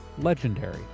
legendary